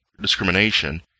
discrimination